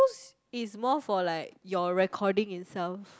is more for like your recording itself